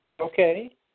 Okay